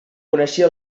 coneixia